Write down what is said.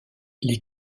les